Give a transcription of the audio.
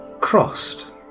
Crossed